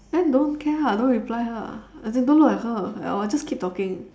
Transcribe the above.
then don't care lah don't reply her as in don't look at her at all just keep talking